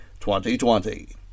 2020